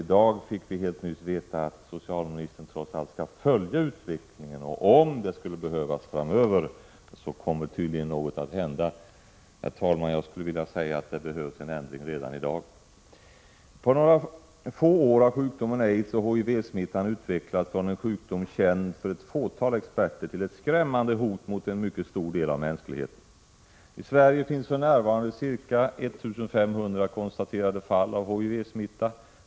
I dag fick vi veta att socialministern trots allt skall följa utvecklingen, och om det skulle behövas framöver kommer tydligen någonting att hända. Jag skulle, herr talman, vilja säga att det behövs en ändring redan i dag. På några få år har sjukdomen aids och HIV-smittan utvecklats från en sjukdom känd för ett fåtal experter till ett skrämmande hot mot en mycket stor del av mänskligheten. I Sverige finns för närvarande ca 1 500 konstaterade fall av HIV-smitta.